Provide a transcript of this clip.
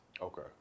Okay